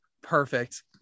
perfect